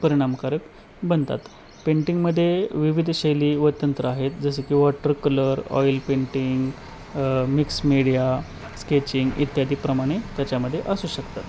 परिणामकारक बनतात पेंटिंगमध्ये विविध शैली व तंत्र आहेत जसे की water colour oil painting mix media sketching इत्यादी प्रमाणे त्याच्यामध्ये असू शकतात